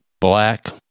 black